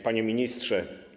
Panie Ministrze!